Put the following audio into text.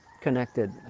connected